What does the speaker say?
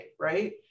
right